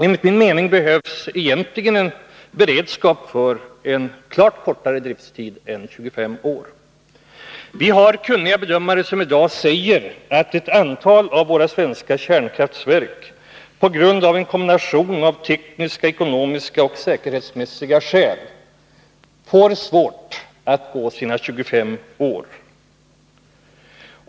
Enligt min mening behövs egentligen en beredskap för en klart kortare driftstid än 25 år. Det finns kunniga bedömare som i dag säger att ett antal av våra svenska kärnkraftverk på grund av en kombination av tekniska, ekonomiska och säkerhetsmässiga skäl får svårt att gå sina 25 år.